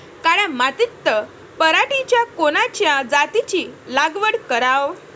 काळ्या मातीत पराटीच्या कोनच्या जातीची लागवड कराव?